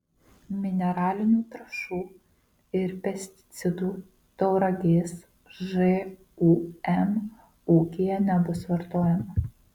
mineralinių trąšų ir pesticidų tauragės žūm ūkyje nebus vartojama